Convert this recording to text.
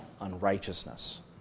unrighteousness